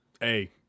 hey